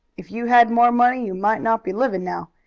if you had more money, you might not be living now.